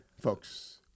folks